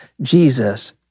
Jesus